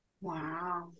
Wow